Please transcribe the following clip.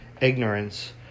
ignorance